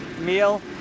meal